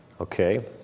okay